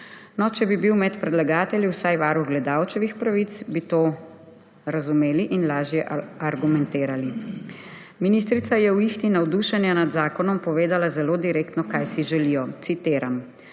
če bi bil med predlagatelji vsaj varuh gledalčevih pravic, bi to razumeli in lažje argumentirali. Ministrica je v ihti navdušenja nad zakonom povedala zelo direktno, kaj si želijo, citiram: